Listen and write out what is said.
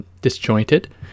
disjointed